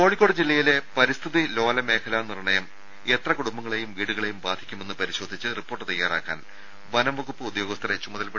രേര കോഴിക്കോട് ജില്ലയിലെ പരിസ്ഥിതി ലോലമേഖലാ നിർണയം എത്ര കുടുംബങ്ങളെയും വീടുകളെയും ബാധിക്കുമെന്ന് പരിശോധിച്ച് റിപ്പോർട്ട് തയ്യാറാക്കാൻ വനംവകുപ്പ് ഉദ്യോഗസ്ഥരെ ചുമതലപ്പെടുത്തിയതായി മന്ത്രി ടി